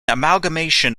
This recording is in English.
amalgamation